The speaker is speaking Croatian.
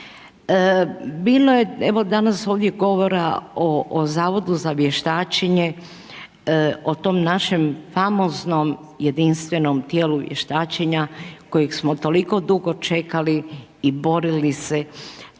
danas ovdje govora o Zavodu za vještačenje, o tom našem famoznom jedinstvenom tijelu vještačenja kojeg smo toliko dugo čekali i borili se